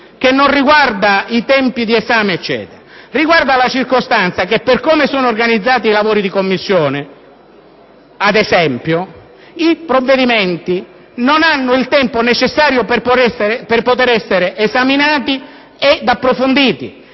non riguarda i tempi di esame, ma la circostanza che, per come sono organizzati i lavori di Commissione, i provvedimenti non hanno il tempo necessario per poter essere esaminati e approfonditi